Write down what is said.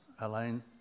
Alain